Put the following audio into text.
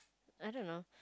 I don't know